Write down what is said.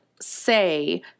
say